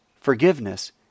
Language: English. forgiveness